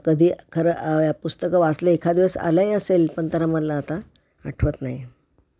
कधी खरं पुस्तकं वाचले एखाद दिवस आलंही असेल पण तर मला आता आठवत नाही